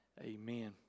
Amen